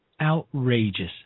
Outrageous